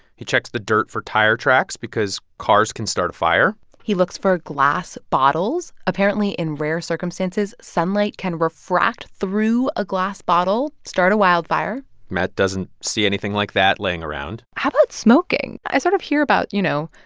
he checks the dirt for tire tracks because cars can start a fire he looks for glass bottles. apparently, in rare circumstances, sunlight can refract through a glass bottle start a wildfire matt doesn't see anything like that laying around how about smoking? i sort of hear about, you know,